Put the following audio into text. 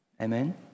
Amen